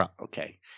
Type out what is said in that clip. Okay